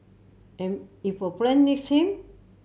and if a friend needs him